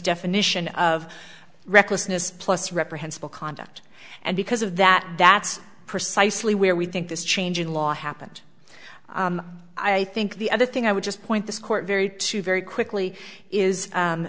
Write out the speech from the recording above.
definition of recklessness plus reprehensible conduct and because of that that's precisely where we think this change in law happened i think the other thing i would just point this court very to very quickly is